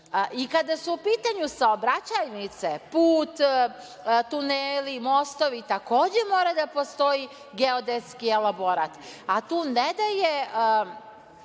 su u pitanju saobraćajnice, put, tuneli, mostovi, takođe mora da postoji geodetski elaborat, a tu ne da je